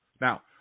Now